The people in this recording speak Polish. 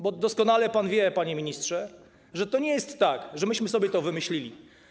Bo doskonale pan wie, panie ministrze, że to nie jest tak, że myśmy sobie to wymyślili.